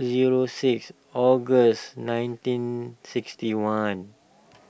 zero six August nineteen sixty one